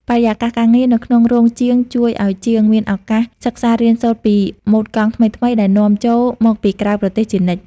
បរិយាកាសការងារនៅក្នុងរោងជាងជួយឱ្យជាងមានឱកាសសិក្សារៀនសូត្រពីម៉ូដកង់ថ្មីៗដែលនាំចូលមកពីក្រៅប្រទេសជានិច្ច។